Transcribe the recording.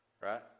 Right